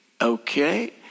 Okay